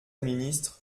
ministre